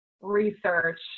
research